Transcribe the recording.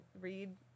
read